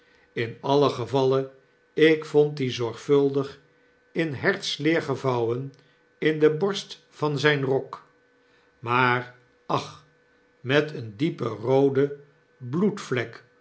in alien gevalle ik vond dien zorgvuldig in hertsleer gevouwen in de borst van zyn rok maar ach met eene diep roode